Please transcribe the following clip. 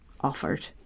offered